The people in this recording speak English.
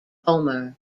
homer